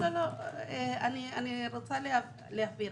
אני רוצה להסביר,